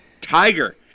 Tiger